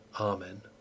Amen